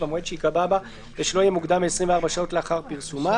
במועד שייקבע בה ושלא יהיה מוקדם מ־24 שעות לאחר פרסומה.